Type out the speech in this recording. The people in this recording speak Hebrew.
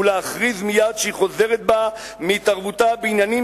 ולהכריז מייד שהיא חוזרת בה מהתערבותה בעניינים